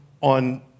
on